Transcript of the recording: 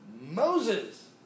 Moses